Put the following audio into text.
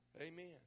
Amen